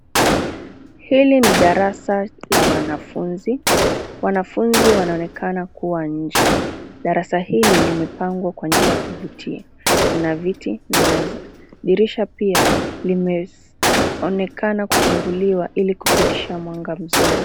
Hili ni darasa la wanafunzi. Wanafunzi wanaonekana kuwa nje. Darasa hili limepangwa kwa njia ya kuvutia. Kuna viti na meza. Dirisha pia limeonekana kufunguliwa ili kupitisha mwanga mzuri.